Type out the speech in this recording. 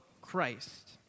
Christ